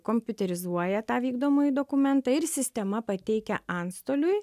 kompiuterizuoja tą vykdomąjį dokumentą ir sistema pateikia antstoliui